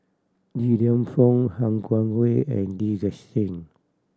Li Lienfung Han Guangwei and Lee Gek Seng